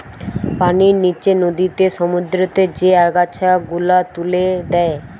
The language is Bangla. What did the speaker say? পানির নিচে নদীতে, সমুদ্রতে যে আগাছা গুলা তুলে দে